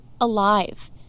alive